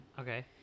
Okay